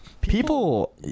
people